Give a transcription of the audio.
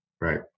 Right